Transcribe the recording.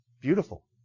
Beautiful